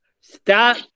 Stop